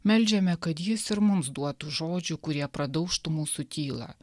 meldžiame kad jis ir mums duotų žodžių kurie pradaužtų mūsų tylą